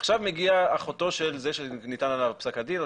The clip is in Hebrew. עכשיו מגיעה אחותו של זה שניתן עליו פסק הדין או